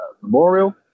memorial